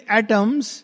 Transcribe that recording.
atoms